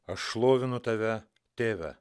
aš šlovinu tave tėve